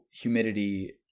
humidity